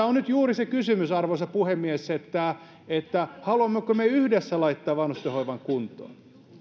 on nyt juuri se kysymys arvoisa puhemies että että haluammeko me yhdessä laittaa vanhustenhoivan kuntoon